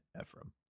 Ephraim